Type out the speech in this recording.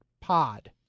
Pod